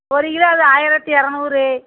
ஒரு கிலோ அது ஆயிரத்தி இரநூறு